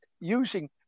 using